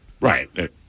Right